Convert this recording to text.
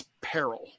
peril